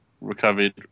recovered